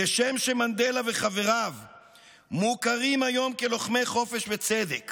כשם שמנדלה וחבריו מוכרים היום כלוחמי חופש וצדק